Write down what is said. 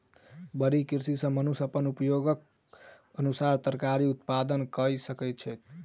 खड़ी कृषि सॅ मनुष्य अपन उपयोगक अनुसार तरकारी उत्पादन कय सकै छै